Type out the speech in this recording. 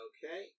Okay